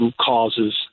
causes